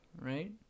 right